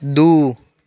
दू